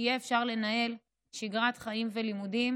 שיהיה אפשר לנהל שגרת חיים ולימודים